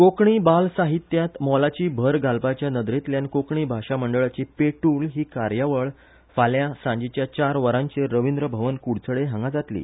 कोंकणी बालसाहित्यांत मोलाची भर घालपाचे नरेंतल्यान कोंकणी भाशा मंडळाची पेटूल ही कार्यावळ फाल्यां सांजेच्या चार वरांचेर रवींद्र भवन कुडचड्यार जातली